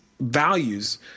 values